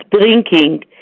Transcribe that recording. drinking